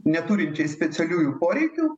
neturinčiais specialiųjų poreikių